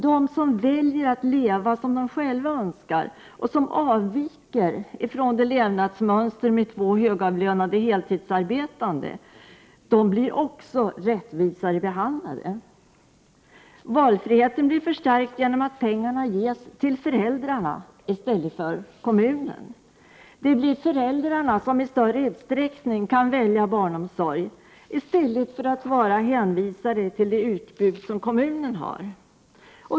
De som väljer att leva som de själva önskar och som avviker från det levnadsmönster som två högavlönade heltidsarbetande utgör blir också rättvist behandlade. Valfriheten stärks genom att pengar ges till föräldrarna i stället för till kommunen. Föräldrarna får i större utsträckning välja barnomsorg i stället för att vara hänvisade till det utbud kommunen har.